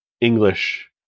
English